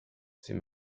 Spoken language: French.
c’est